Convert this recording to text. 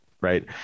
Right